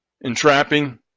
entrapping